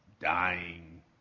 dying